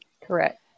Correct